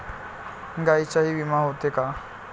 गायींचाही विमा होते का?